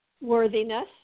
worthiness